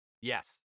Yes